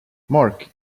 marc